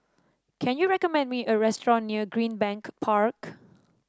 can you recommend me a restaurant near Greenbank Park